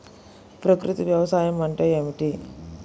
ప్రకృతి వ్యవసాయం అంటే ఏమిటి?